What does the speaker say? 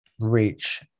reach